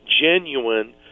genuine